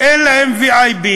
אין להם VIP,